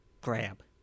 grab